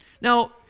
Now